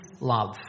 love